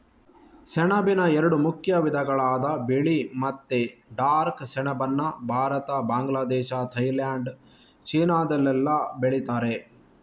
ಸೆಣಬಿನ ಎರಡು ಮುಖ್ಯ ವಿಧಗಳಾದ ಬಿಳಿ ಮತ್ತೆ ಡಾರ್ಕ್ ಸೆಣಬನ್ನ ಭಾರತ, ಬಾಂಗ್ಲಾದೇಶ, ಥೈಲ್ಯಾಂಡ್, ಚೀನಾದಲ್ಲೆಲ್ಲ ಬೆಳೀತಾರೆ